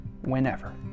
Whenever